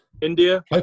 India